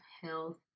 health